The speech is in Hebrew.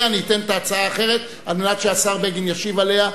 לגבי כל נושא אני אתן את ההצעה האחרת על מנת שהשר בגין ישיב עליה.